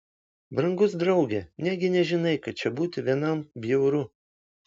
brangus drauge negi nežinai kad čia būti vienam bjauru